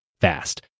fast